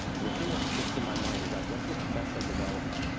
but the thing that sticks in my mind is i went to a professional development,